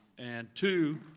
and two,